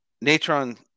Natron